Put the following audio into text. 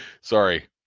Sorry